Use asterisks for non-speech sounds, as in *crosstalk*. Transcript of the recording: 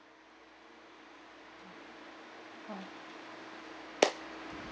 *noise*